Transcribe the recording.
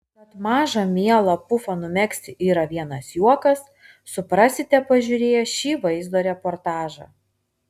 kad mažą mielą pufą numegzti yra vienas juokas suprasite pažiūrėję šį vaizdo reportažą